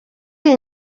iyi